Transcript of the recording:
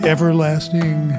Everlasting